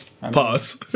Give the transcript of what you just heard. Pause